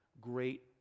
great